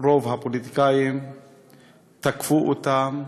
רוב הפוליטיקאים תקפו אותם.